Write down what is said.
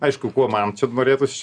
aišku kuo man čia norėtųsi